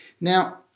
Now